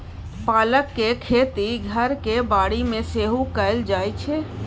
पालक केर खेती घरक बाड़ी मे सेहो कएल जाइ छै